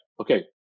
Okay